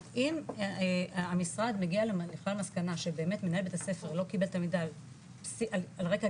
אם המשרד מגיע לכלל מסקנה שבאמת מנהל בית הספר לא קיבל תלמידה על רקע,